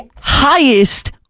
highest